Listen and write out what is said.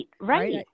right